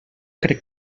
crec